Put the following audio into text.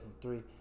three